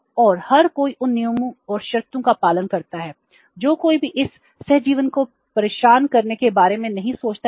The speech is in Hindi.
और हर कोई उन नियमों और शर्तों का पालन करता है जो कोई भी इस सहजीवन को परेशान करने के बारे में नहीं सोचता है